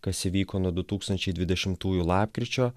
kas įvyko nuo du tūkstančiai dvidešimtųjų lapkričio